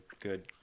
good